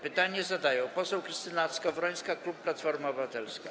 Pytanie zadaje poseł Krystyna Skowrońska, klub Platforma Obywatelska.